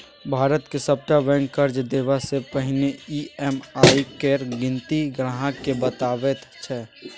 भारतक सभटा बैंक कर्ज देबासँ पहिने ई.एम.आई केर गिनती ग्राहकेँ बताबैत छै